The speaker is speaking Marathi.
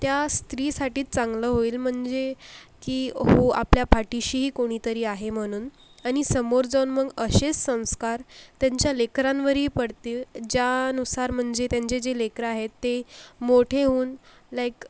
त्या स्त्रीसाठी चांगलं होईल म्हणजे की हो आपल्या पाठीशीही कोणीतरी आहे म्हणून आणि समोर जाऊन मग असेच संस्कार त्यांच्या लेकरांवरही पडतील ज्यानुसार म्हणजे त्यांचे जे लेकर आहेत ते मोठे होऊन लाइक